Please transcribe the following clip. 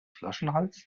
flaschenhals